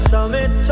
Summit